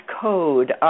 code